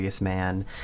man